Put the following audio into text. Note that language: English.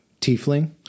tiefling